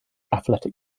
athletic